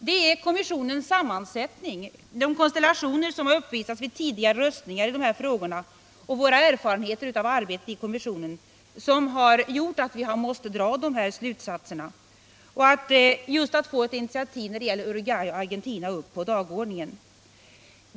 Det är kommissionens sammansättning, de konstellationer som har uppvisats vid tidigare röstningar i dessa frågor och våra erfarenheter av arbetet i kommissionen som har gjort all vi har måst dra denna slutsats när det gäller ett initiativ för att få upp Argentina och Uruguay på dagordningen.